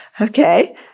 Okay